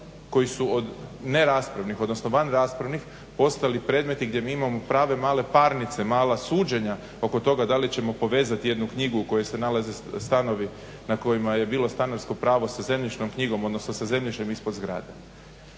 koji su ne raspravnih odnosno van raspravnih postali predmeti gdje mi imamo prave male parnice, mala suđenja oko toga da li ćemo povezati jednu knjigu u kojoj se nalaze stanovi na kojima je bilo stanarsko pravo sa zemljišnom knjigom, odnosno sa zemljištem ispod zgrade.